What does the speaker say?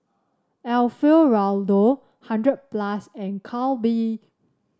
Alfio Raldo hundred plus and Calbee